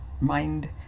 mind